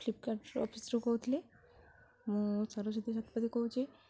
ଫ୍ଲିପ୍କାର୍ଟର ଅଫିସ୍ରୁ କହୁଥିଲି ମୁଁ ସରସ୍ଵତୀ ଶତପଥି କହୁଛି